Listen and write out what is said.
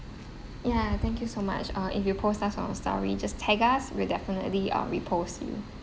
yeah thank you so much uh if you post us on story just tag us we'll definitely um repost you